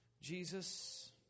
Jesus